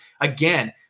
again